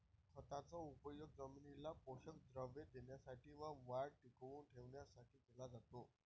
खताचा उपयोग जमिनीला पोषक द्रव्ये देण्यासाठी व वाढ टिकवून ठेवण्यासाठी केला जातो